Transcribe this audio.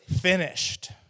finished